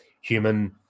human